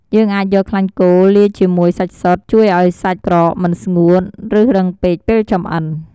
យើងអាចយក ខ្លាញ់គោលាយជាមួយសាច់សុទ្ធ ជួយឱ្យសាច់ក្រកមិនស្ងួត ឬរឹងពេកពេលចម្អិន។